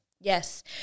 Yes